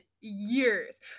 years